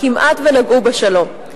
כמעט ונגעו בשלום.